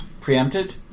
preempted